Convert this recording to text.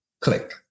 click